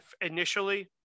initially